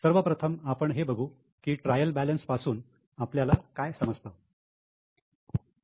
सर्वप्रथम आपण हे बघू की ट्रायल बॅलन्स पासून आपल्याला काय समजतं